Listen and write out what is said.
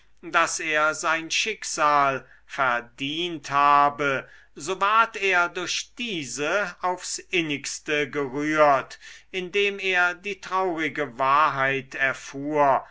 daß er sein schicksal verdient habe so ward er durch diese aufs innigste gerührt indem er die traurige wahrheit erfuhr